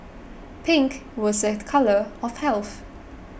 pink was a colour of health